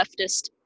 leftist